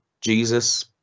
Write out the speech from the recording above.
Jesus